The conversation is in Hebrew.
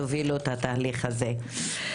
תובילו את התהליך הזה.